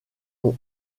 noir